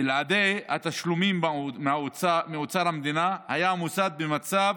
בלעדי התשלומים מאוצר המדינה היה המוסד במצב